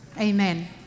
amen